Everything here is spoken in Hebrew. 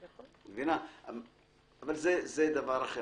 זה דבר אחר.